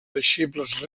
deixebles